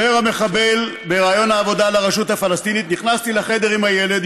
אומר המחבל בריאיון עבודה לרשות הפלסטינית: נכנסתי לחדר עם הילד,